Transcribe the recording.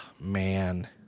Man